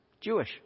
Jewish